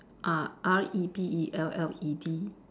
ah R E B E L L E D